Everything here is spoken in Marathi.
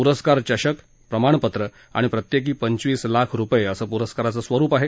पुरस्कार चषक प्रमाणपत्र आणि प्रत्येकी पंचवीस लाख रुपये असं पुरस्काराचं स्वरूप आहे